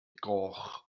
goch